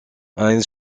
heinz